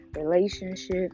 relationship